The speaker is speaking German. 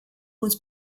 muss